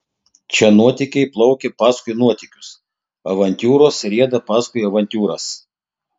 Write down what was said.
čia nuotykiai plaukia paskui nuotykius avantiūros rieda paskui avantiūras